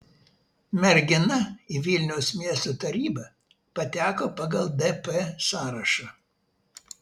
mergina į vilniaus miesto tarybą pateko pagal dp sąrašą